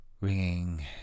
Ringing